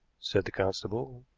said the constable.